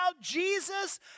Jesus